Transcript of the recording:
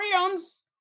freedoms